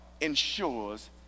ensures